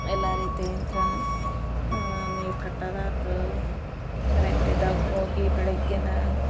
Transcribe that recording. ಎಲ್ಲ ರೀತಿ ಇಂತ್ರಾನು ನೀರು ಕಟ್ಟಾದು ಆತು ಕರೆಂಟಿದಾಗ ಹೋಗಿ ಬೆಳಗ್ಗೆನ